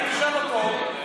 אולי תשאל אותו,